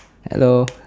hello